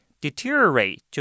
Deteriorate